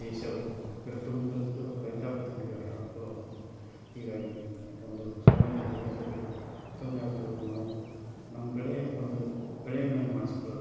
ದೇಶವು ಎಷ್ಟು ಮುಂದ್ವರಿತದೋ ರೈತಾಪಿ ಜನರಿಗೆ ಅಷ್ಟು ಅನುಕೂಲವಾಗುತ್ತದೆ ಹೀಗಾಗಿ ಒಂದು ಸಮಯದಲ್ಲಿ ರೈತರಿಗೆ ತೊಂದರೆ ಆಯಿತು ನಾವು ನಮ್ಮ ಬೆಳೆ ಒಂದು ಬೆಳೆ ವಿಮೆಯನ್ನು ಮಾಡಿಸಿಕೊಳ್ಳೋದು